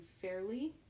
fairly